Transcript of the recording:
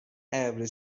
every